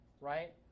right